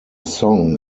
song